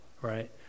right